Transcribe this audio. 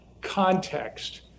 context